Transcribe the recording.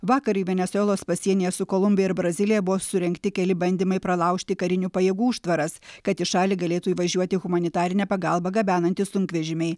vakar į venesuelos pasienyje su kolumbija ir brazilija buvo surengti keli bandymai pralaužti karinių pajėgų užtvaras kad į šalį galėtų įvažiuoti humanitarinę pagalbą gabenantys sunkvežimiai